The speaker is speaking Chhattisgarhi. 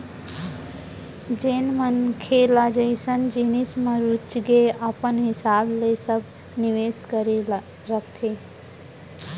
जेन मनसे ल जइसन जिनिस म रुचगे अपन हिसाब ले सब निवेस करके रखथे